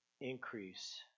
increase